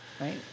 Right